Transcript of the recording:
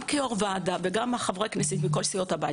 יושב-ראש הוועדה וחברי הכנסת מכל סיעות הבית